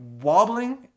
Wobbling